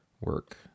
work